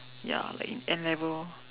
ya like in N-level